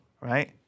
right